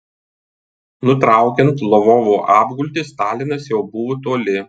nutraukiant lvovo apgultį stalinas jau buvo toli